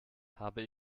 habe